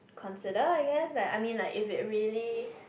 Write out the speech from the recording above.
consider I guess like I mean like if it really